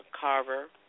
Carver